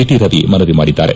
T Ravi ಮನವಿ ಮಾಡಿದ್ದಾರೆ